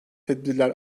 tedbirler